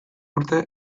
urte